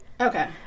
Okay